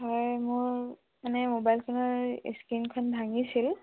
হয় মোৰ মানে ম'বাইল ফোনৰ স্ক্ৰীণখন ভাঙিছিল